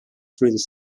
through